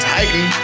Titan